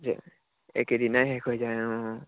অঁ একেদিনাই শেষ হৈ যায় অঁ